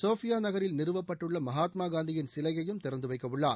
Sofia நகரில் நிறுவப்பட்டுள்ள மகாத்மா காந்தியின் சிலையையும் திறந்துவைக்க உள்ளார்